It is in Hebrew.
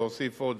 להוסיף עוד